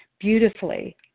Beautifully